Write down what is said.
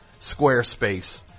Squarespace